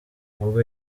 ubwo